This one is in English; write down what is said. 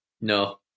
no